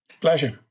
Pleasure